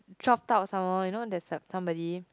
dropped out some more you know there's som~ somebody